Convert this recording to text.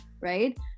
right